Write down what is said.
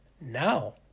now